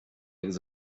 agus